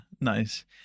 nice